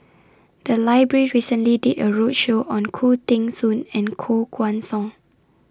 The Library recently did A roadshow on Khoo Teng Soon and Koh Guan Song